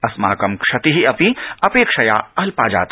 अस्माकं क्षतिरपि अपेक्षया अल्पा जाता